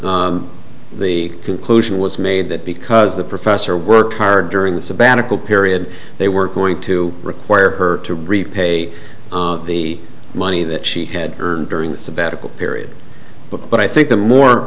where the conclusion was made that because the professor worked hard during the sabbatical period they were going to require her to repay the money that she had earned during the sabbatical period but i think the more